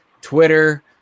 Twitter